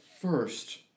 first